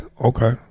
Okay